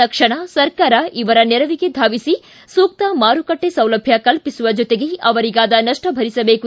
ತಕ್ಷಣ ಸರ್ಕಾರ ಇವರ ನೆರವಿಗೆ ಧಾವಿಸಿ ಸೂಕ್ತ ಮಾರುಕಟ್ಟೆ ಸೌಲಭ್ಞ ಕಲ್ಪಿಸುವ ಜೊತೆಗೆ ಅವರಿಗಾದ ನಷ್ಷ ಭರಿಸಬೇಕು